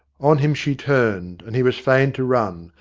on him she turned, and he was fain to run,